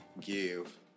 give